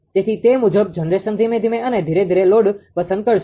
તેથી તે મુજબ જનરેશન ધીમે ધીમે અને ધીરે ધીરે લોડ પસંદ કરશે